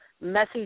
Messy